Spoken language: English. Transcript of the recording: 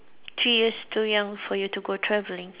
three years too young for you to go travelling